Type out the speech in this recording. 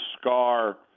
scar